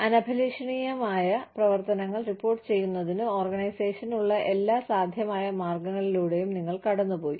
അനഭിലഷണീയമായ പ്രവർത്തനങ്ങൾ റിപ്പോർട്ടുചെയ്യുന്നതിന് ഓർഗനൈസേഷന് ഉള്ള എല്ലാ സാധ്യമായ മാർഗ്ഗങ്ങളിലൂടെയും നിങ്ങൾ കടന്നുപോയി